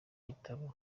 gitabo